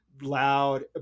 loud